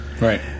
Right